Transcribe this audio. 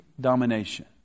domination